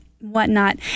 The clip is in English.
whatnot